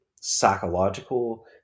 psychological